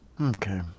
Okay